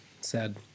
Sad